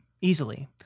easily